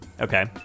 Okay